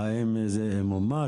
האם זה מומש?